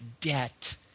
debt